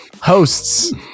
hosts